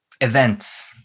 events